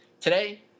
Today